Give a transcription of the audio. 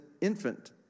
infant